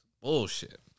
Bullshit